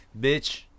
bitch